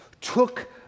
took